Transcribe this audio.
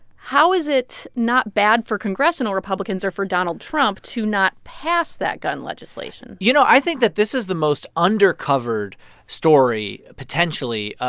how is it not bad for congressional republicans or for donald trump to not pass that gun legislation? you know, i think that this is the most undercovered story, potentially,